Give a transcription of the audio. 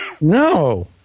No